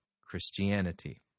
Christianity